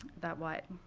that what?